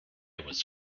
was